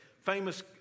famous